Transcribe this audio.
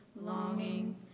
longing